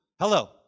Hello